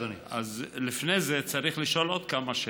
בבקשה,